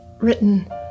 written